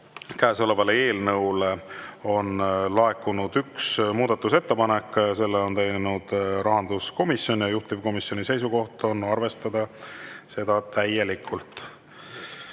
Käesoleva eelnõu kohta on laekunud üks muudatusettepanek, selle on teinud rahanduskomisjon ja juhtivkomisjoni seisukoht on arvestada seda täielikult.